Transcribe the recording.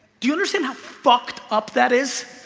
do you understand how fucked up that is?